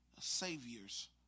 Savior's